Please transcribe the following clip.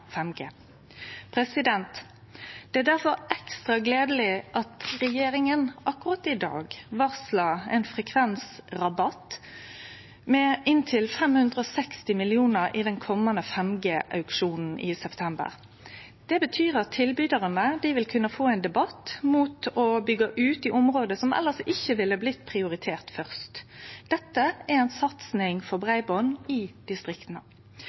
Det er difor ekstra gledeleg at regjeringa akkurat i dag varslar ein frekvensrabatt med inntil 560 mill. kr i den komande 5G-auksjonen i september. Det betyr at tilbydarane vil kunne få ein rabatt mot å byggje ut i område som elles ikkje ville blitt prioriterte først. Dette er ei satsing på breiband i distrikta.